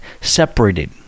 separated